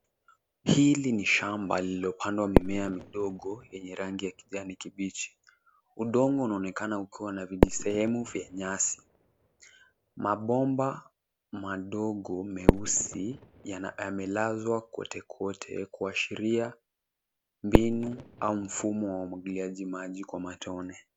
Hili ni shamba lililopandwa mimea midogo yenye rangi ya kijani kibichi. Udongo unaonekana ukiwa na vijisehemu vya nyasi, mabomba madogo meusi yamelazwa kotekote kuashiria mbinu au mfumo wa umwagiliaji maji kwa matone.